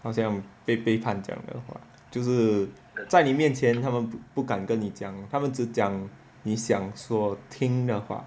好像被背叛这样的吧就是在你面前他们不敢跟你讲他们只讲你想所听的话